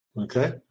Okay